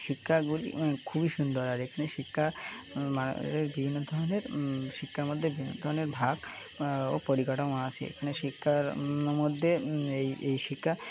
শিক্ষাগুলি খুবই সুন্দর আর এখানে শিক্ষা মষ বিভিন্ন ধরনের শিক্ষার মধ্যে বিভিন্ন ধরনের ভাগ ও পরিকাঠামো আসে এখানে শিক্ষার মধ্যে এই এই শিক্ষা